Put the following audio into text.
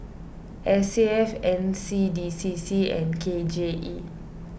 S A F N C D C C and K J E